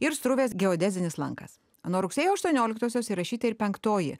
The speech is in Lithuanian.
ir struvės geodezinis lankas nuo rugsėjo aštuonioliktosios įrašyta ir penktoji